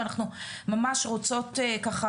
ואנחנו ממש רוצות ככה